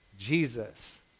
Jesus